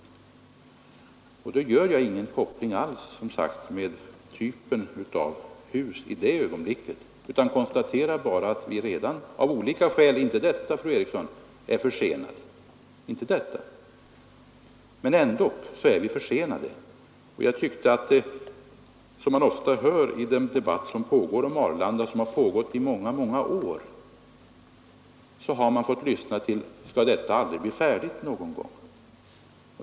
I det ögonblicket gör jag ingen koppling alls med typen av hus, utan konstaterar bara att vi redan av olika skäl men inte av detta skäl, fru Eriksson — är försenade. I den debatt om Arlanda som pågått i många år har man ofta fått höra: Skall detta aldrig bli färdigt någon gång?